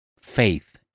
Faith